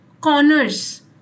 corners